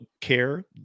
care